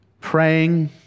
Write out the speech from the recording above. praying